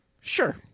Sure